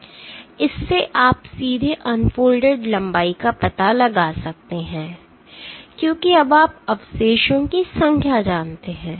इससे आप सीधे अनफोल्डेड लंबाई का पता लगा सकते हैं क्योंकि अब आप अवशेषों की संख्या जानते हैं